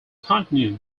continued